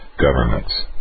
Governments